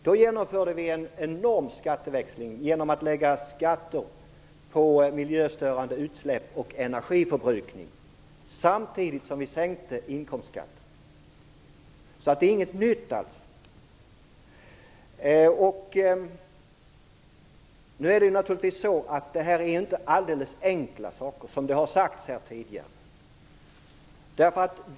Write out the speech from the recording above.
Då genomförde vi en enorm skatteväxling genom att lägga skatt på miljöstörande utsläpp och energiförbrukning samtidigt som vi sänkte inkomstskatten. Det här med skatteväxling är alltså ingenting nytt. Som det har sagts här tidigare är ju inte detta alldeles enkla saker.